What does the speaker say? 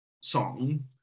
song